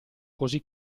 così